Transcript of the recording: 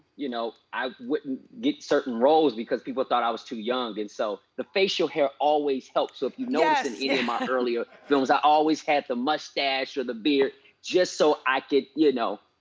you know, i wouldn't get certain roles because people thought i was too young, and so the facial hair always helps if you know yeah my earlier films, i always had the mustache or the beard just so i could, you know,